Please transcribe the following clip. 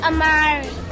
Amari